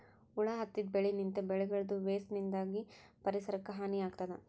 ಹುಳ ಹತ್ತಿದ್ ಬೆಳಿನಿಂತ್, ಬೆಳಿಗಳದೂ ವೇಸ್ಟ್ ನಿಂದಾಗ್ ಪರಿಸರಕ್ಕ್ ಹಾನಿ ಆಗ್ತದ್